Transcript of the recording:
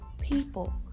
people